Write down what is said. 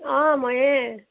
অ' ময়ে